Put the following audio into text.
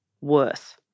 worth